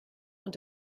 und